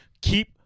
keep